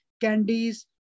candies